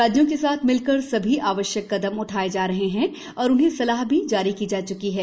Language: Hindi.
राज्यों के साथ मिलकर सभी आवश्यक कदम उठाए जा रहे हैं और उन्हें सलाह भी जारी की जा च्की है